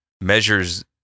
measures